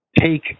Take